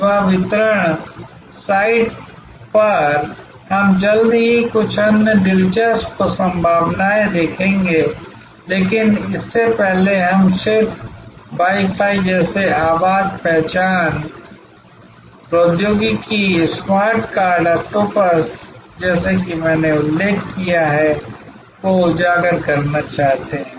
सेवा वितरण साइट पर हम जल्द ही कुछ अन्य दिलचस्प संभावनाएं देखेंगे लेकिन इससे पहले हम सिर्फ वाई फाई जैसे आवाज पहचान प्रौद्योगिकी स्मार्टकार्ड ऑक्टोपस जैसे कि मैंने उल्लेख किया है को उजागर करना चाहते हैं